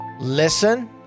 listen